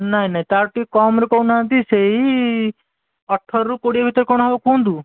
ନାଇଁ ନାଇଁ ତାଠୁ ଟିକିଏ କମ୍ରେ କହୁନାହାନ୍ତି ସେଇ ଅଠରରୁ କୋଡ଼ିଏ ଭିତରେ କ'ଣ ହେବ କୁହନ୍ତୁ